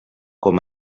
com